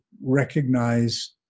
recognize